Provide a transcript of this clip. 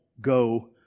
go